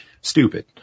stupid